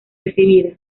recibida